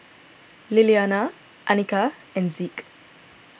Liliana Anika and Zeke